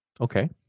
Okay